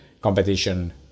competition